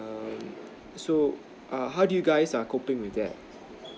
um so err how do you guys are coping with that